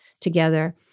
together